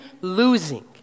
losing